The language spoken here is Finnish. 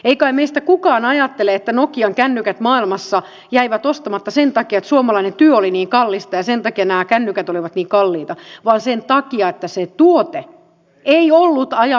ei kai meistä kukaan ajattele että nokian kännykät maailmassa jäivät ostamatta sen takia että suomalainen työ oli niin kallista ja sen takia nämä kännykät olivat niin kalliita vaan sen takia että se tuote ei ollut ajan tasalla